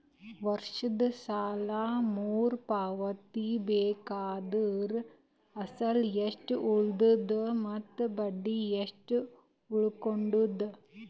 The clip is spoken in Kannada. ವರ್ಷದ ಸಾಲಾ ಮರು ಪಾವತಿಸಬೇಕಾದರ ಅಸಲ ಎಷ್ಟ ಉಳದದ ಮತ್ತ ಬಡ್ಡಿ ಎಷ್ಟ ಉಳಕೊಂಡದ?